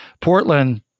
Portland